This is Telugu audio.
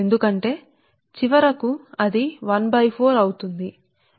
ఎందుకంటే చివరికి ఇది 4 పైన 1 ln 14 ln అవుతుంది వాస్తవానికి